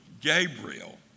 Gabriel